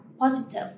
positive